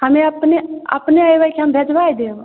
हमे अपने अपने एबै कि हम भेजबाए देब